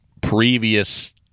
previous